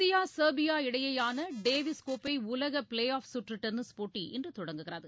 India Serbia இடையேயான Davis கோப்பை உலக ப்ளே ஆப் சுற்று டென்னிஸ் போட்டி இன்று தொடங்குகிறது